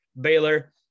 Baylor –